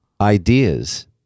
ideas